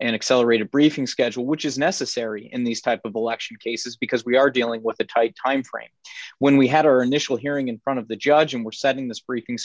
and accelerated briefing schedule which is necessary in these type of election cases because we are dealing with a tight time frame when we had our initial hearing in front of the judge and were setting this briefing